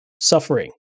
suffering